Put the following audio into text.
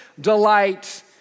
delight